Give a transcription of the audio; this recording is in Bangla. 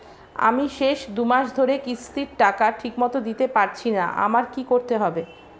আমি শেষ দুমাস ধরে কিস্তির টাকা ঠিকমতো দিতে পারছিনা আমার কি করতে হবে?